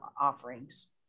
offerings